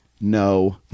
no